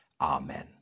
Amen